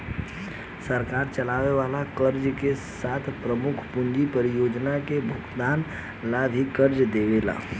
सरकार चले वाला खर्चा के साथे प्रमुख पूंजी परियोजना के भुगतान ला भी कर्ज देवेले